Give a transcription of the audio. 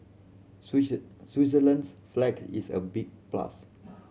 Switzerland's flag is a big plus